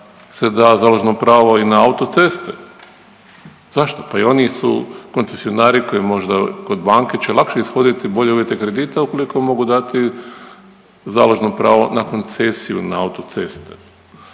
da se da založno pravo i na autoceste. Zašto? Pa i oni su koncesionari koji možda kod banke će lakše ishoditi bolje uvjete kredita ukoliko mogu dati založno pravo na koncesiju na autoceste.